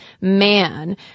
man